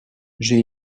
j’ai